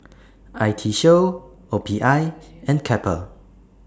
I T Show O P I and Kappa